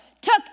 took